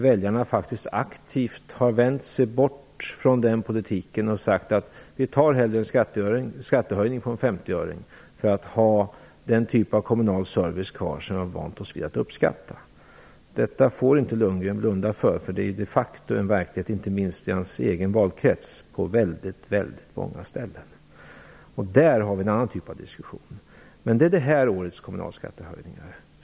Väljarna har faktiskt aktivt vänt sig bort från den politiken. De har sagt att de hellre tar en skattehöjning på en femtioöring för att ha den typ av kommunal service kvar som de lärt sig uppskatta. Detta får inte Bo Lundgren blunda för. Det är de facto en verklighet på väldigt många ställen, inte minst i hans egen valkrets. Där har vi en annan typ av diskussion. Detta gäller det här årets skattehöjningar.